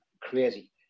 crazy